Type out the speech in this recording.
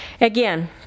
again